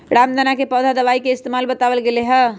रामदाना के पौधा दवाई के इस्तेमाल बतावल गैले है